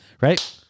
Right